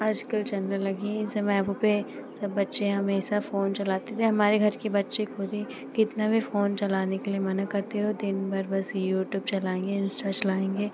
आज कल चलने लगी हैं एक ज़माने पर सब बच्चे हमेशा फ़ोन चलाते थे हमारे घर के बच्चे ख़ुद ही कितना भी फ़ोन चलाने के लिए मना करते रहो दिनभर बस यूट्यूब चलाएँगे इंस्टा चलाएँगे